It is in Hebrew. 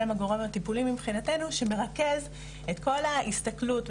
שהם הגורם הטיפולי מבחינתנו אשר מרכז את כל ההסתכלות,